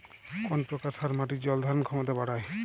কোন প্রকার সার মাটির জল ধারণ ক্ষমতা বাড়ায়?